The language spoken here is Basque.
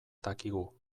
dakigu